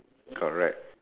correct